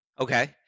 Okay